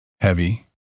Heavy